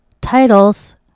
titles